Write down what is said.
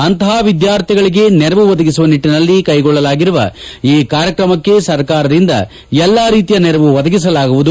ಅಂತಹ ವಿದ್ಯಾರ್ಥಿಗಳಿಗೆ ನೆರವು ಒದಗಿಸುವ ನಿಟ್ಟಿನಲ್ಲಿ ಕೈಗೊಳ್ಳಲಾಗಿರುವ ಈ ಕಾರ್ಯಕ್ರಮಕ್ಕೆ ಸರ್ಕಾರದಿಂದ ಎಲ್ಲಾ ರೀತಿಯ ನೆರವು ಒದಗಿಸಲಾಗುವುದು